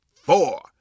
four